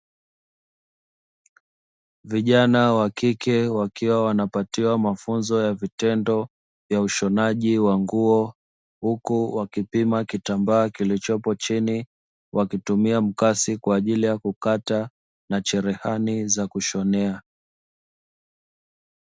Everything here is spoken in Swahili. Vijana wa kike wakiwa wanapatiwa mafunzo ya vitendo ya ushonaji wa nguo, huku wakipima kitambaa kilichopo chini, wakitumia mkasi kwa ajili ya kukata na cherehani za kushonea.